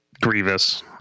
Grievous